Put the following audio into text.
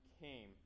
came